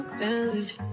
damage